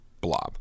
blob